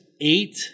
eight –